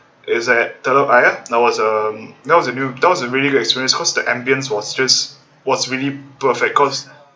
is at telok ayer there was uh that was a new that was a really good experience cause the ambience was just was really perfect cause